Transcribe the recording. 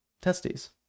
testes